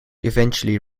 eventually